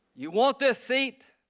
you want this seat,